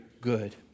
good